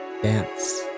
dance